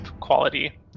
quality